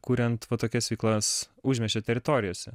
kuriant va tokias veiklas užmiesčio teritorijose